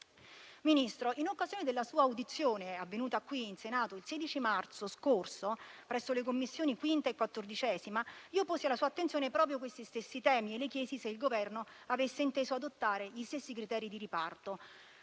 Ministro, in occasione della sua audizione avvenuta in Senato il 16 marzo scorso presso le Commissioni 5a e 14a, posi alla sua attenzione proprio questi temi e le chiesi se il Governo avesse inteso adottare gli stessi criteri di riparto.